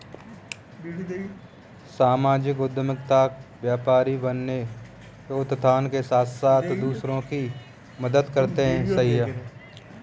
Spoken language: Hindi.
सामाजिक उद्यमिता में व्यापारी अपने उत्थान के साथ साथ दूसरों की भी मदद करते हैं